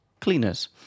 cleaners